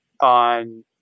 on